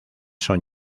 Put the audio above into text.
son